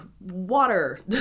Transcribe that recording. water